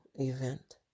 event